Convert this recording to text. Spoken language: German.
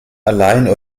allein